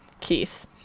Keith